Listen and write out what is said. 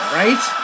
right